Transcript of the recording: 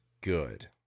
good